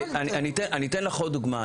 אני אתן לך עוד דוגמה.